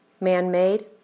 man-made